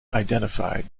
identified